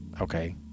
okay